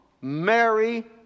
Mary